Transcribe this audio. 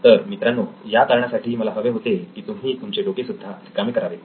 तर मित्रांनो या कारणासाठी मला हवे होते की तुम्ही तुमचे डोके सुद्धा रिकामे करावे